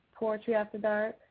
poetryafterdark